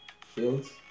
Fields